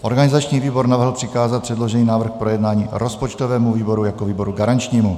Organizační výbor navrhl přikázat předložený návrh k projednání rozpočtovému výboru jako výboru garančnímu.